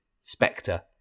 Spectre